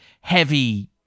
Heavy